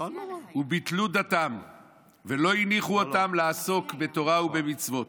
וביטלו דתם ולא הניחו אותם לעסוק בתורה ובמצוות,